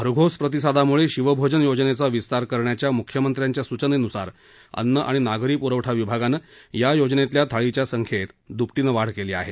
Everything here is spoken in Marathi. भरघोस प्रतिसादामुळे शिवभोजन योजनेचा विस्तार करण्याच्या मुख्यमंत्र्यांच्या सूचनेनुसार अन्न आणि नागरी पुरवठा विभागानं या योजनेतल्या थाळीच्या संख्येत दूपटीनं वाढ केली आहे